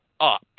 up